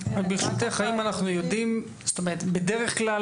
בדרך כלל,